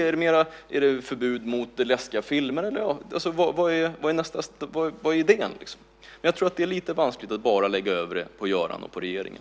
Är det förbud mot läskiga filmer? Vad är idén? Jag tror att det är lite vanskligt att bara lägga över det på Göran och regeringen.